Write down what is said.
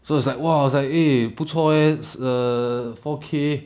so it's like !wah! I was like eh 不错 leh err four K